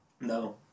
No